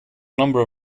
number